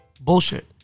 bullshit